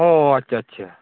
ᱚᱻ ᱟᱪᱷᱟ ᱪᱷᱟ